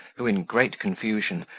who, in great confusion,